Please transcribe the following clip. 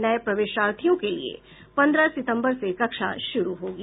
नये प्रवेशार्थियों के लिए पन्द्रह सितम्बर से कक्षा शुरू होगी